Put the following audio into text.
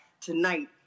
tonight